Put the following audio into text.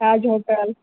Taj hotel